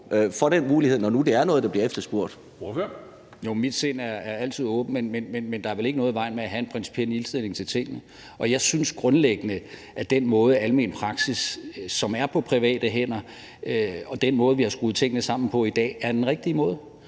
Ordføreren. Kl. 11:01 Martin Geertsen (V): Jo, mit sind er altid åbent. Men der er vel ikke noget i vejen med at have en principiel indstilling til tingene. Og jeg synes grundlæggende, at den måde, som almen praksis, der er på private hænder, er på, og den måde, som vi har skruet tingene sammen på i dag, er den rigtige måde.